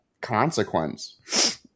consequence